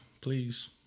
please